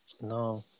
no